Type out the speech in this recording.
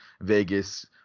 Vegas